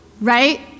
right